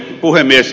puhemies